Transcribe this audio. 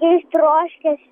kai ištroškęs